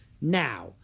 Now